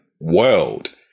world